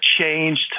changed